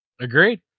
Agreed